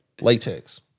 Latex